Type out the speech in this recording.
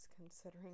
considering